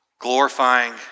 Glorifying